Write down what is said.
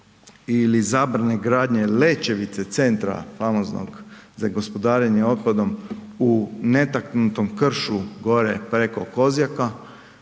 ili zabrane gradnje Lećevice, centra famoznog za gospodarenje otpadom u netaknutom kršu gore preko Kozjaka,